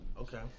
Okay